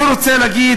אני רוצה להגיד,